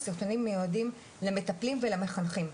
הסרטונים מיועדים למטפלים ולמחנכים,